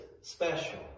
special